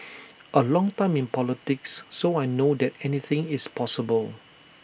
A long time in politics so I know that anything is possible